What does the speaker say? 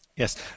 Yes